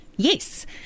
Yes